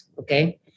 okay